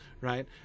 right